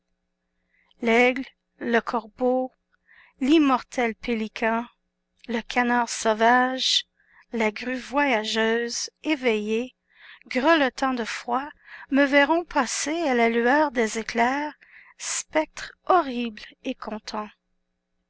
l'aigle le corbeau l'immortel pélican le canard sauvage la grue voyageuse éveillés grelottant de froid me verront passer à la lueur des éclairs spectre horrible et content